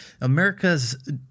America's